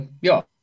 ja